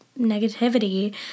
negativity